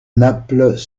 naples